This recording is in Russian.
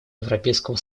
европейского